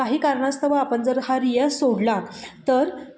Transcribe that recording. काही कारणास्तव आपण जर हा रियाज सोडला तर